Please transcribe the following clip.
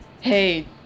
hey